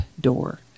door